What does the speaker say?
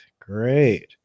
Great